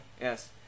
Yes